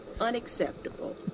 unacceptable